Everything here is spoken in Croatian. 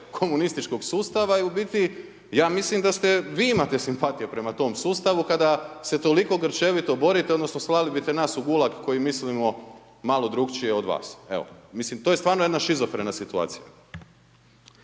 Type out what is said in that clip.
komunističkog sustava i u biti, ja mislim da vi imate simpatije prema tom sustavu kada se toliko grčevito borite odnosno slali biste nas u Gulag koji mislimo malo drukčije od vas. Evo, mislim to je stvarno jedna šizofrena situacija.